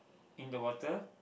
in the water